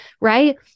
right